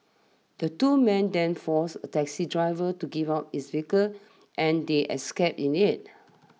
the two men then forced a taxi driver to give up his vehicle and they escaped in it